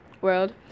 world